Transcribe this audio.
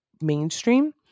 mainstream